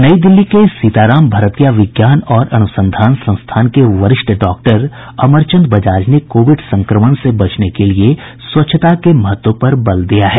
नई दिल्ली के सीताराम भरतीया विज्ञान और अनुसंधान संस्थान के वरिष्ठ डॉक्टर अमर चंद बजाज ने कोविड संक्रमण से बचने के लिए स्वच्छता के महत्व पर जोर दिया है